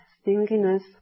stinginess